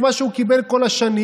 את מה שהוא קיבל כל השנים.